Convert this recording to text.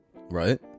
right